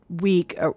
week